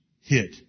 hit